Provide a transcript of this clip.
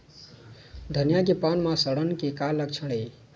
धनिया के पान म सड़न के का लक्षण ये?